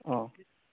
অ